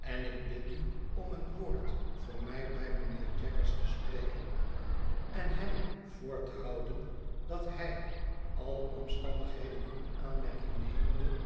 en ik bid u om een woord voor mij bij mijnheer jaggers te spreken en hem voor te houden dat hij alle omstandigheden in aanmerking nemende